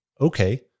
okay